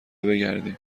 برگردیم